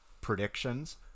predictions